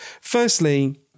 Firstly